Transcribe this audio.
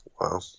Wow